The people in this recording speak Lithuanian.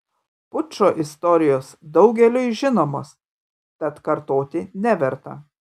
pučo istorijos daugeliui žinomos tad kartoti neverta